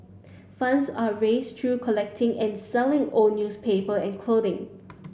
funds are raised through collecting and selling old newspaper and clothing